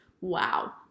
Wow